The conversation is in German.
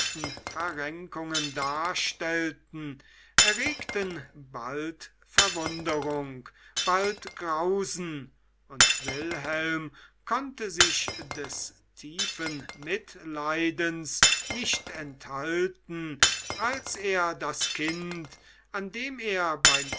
verrenkungen darstellten erregten bald verwunderung bald grausen und wilhelm konnte sich des tiefen mitleidens nicht enthalten als er das kind an dem er beim